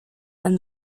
and